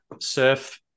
Surf